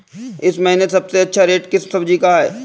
इस महीने सबसे अच्छा रेट किस सब्जी का है?